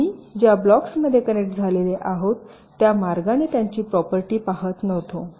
आम्ही ज्या ब्लॉक्समध्ये कनेक्ट झालेले आहे त्या मार्गाने त्यांची प्रॉपर्टी पाहत नव्हतो